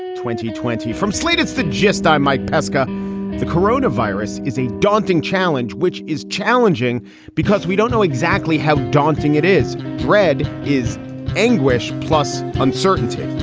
twenty twenty from slate's the gist. i'm mike pesca the corona virus is a daunting challenge, which is challenging because we don't know exactly how daunting it is bread is anguish plus uncertainty.